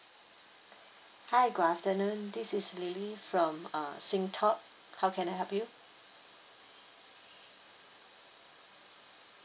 hi good afternoon this is lily from uh singtop how can I help you